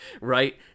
right